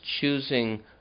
choosing